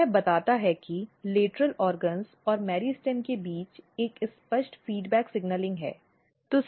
तो यह बताता है कि लेटरल अंगों और मेरिस्टेम के बीच एक स्पष्ट फ़ीड्बेक संकेतन है